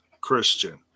Christian